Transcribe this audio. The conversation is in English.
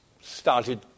started